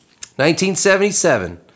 1977